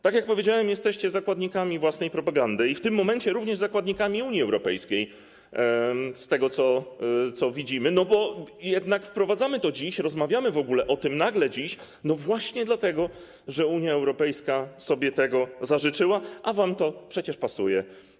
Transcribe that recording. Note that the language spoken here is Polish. Tak jak powiedziałem, jesteście zakładnikami własnej propagandy i w tym momencie również zakładnikami Unii Europejskiej z tego, co widzimy, bo jednak wprowadzamy to dziś, w ogóle rozmawiamy o tym nagle, dziś, właśnie dlatego, że Unia Europejska sobie tego zażyczyła, a wam to przecież pasuje.